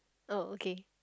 oh okay